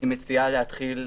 מציעה להתחיל